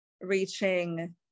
reaching